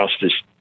justice